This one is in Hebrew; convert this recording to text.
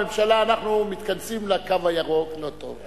הממשלה: אנחנו מתכנסים ל"קו הירוק" לא טוב,